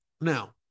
Now